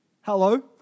Hello